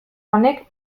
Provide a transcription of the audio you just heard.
honek